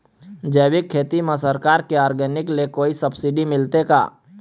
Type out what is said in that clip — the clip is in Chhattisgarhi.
जैविक खेती म सरकार के ऑर्गेनिक ले कोई सब्सिडी मिलथे का?